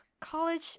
college